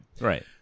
Right